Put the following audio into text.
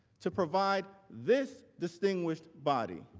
to provide this distinguished body,